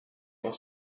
are